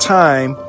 time